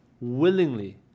willingly